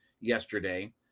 yesterday